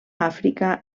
àfrica